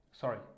sorry